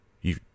You